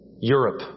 Europe